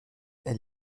elle